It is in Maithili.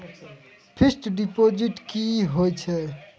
फिक्स्ड डिपोजिट की होय छै?